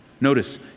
Notice